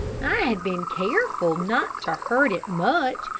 i had been careful not to hurt it much,